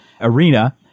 arena